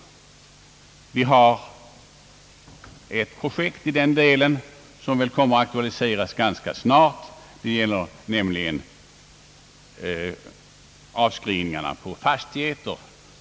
Ett projekt i den delen som väl kommer att aktualiseras ganska snart gäller avskrivningarna på fastigheter.